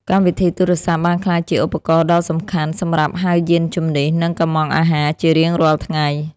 កម្មវិធីទូរសព្ទបានក្លាយជាឧបករណ៍ដ៏សំខាន់សម្រាប់ហៅយានជំនិះ និងកុម្ម៉ង់អាហារជារៀងរាល់ថ្ងៃ។